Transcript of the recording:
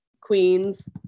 queens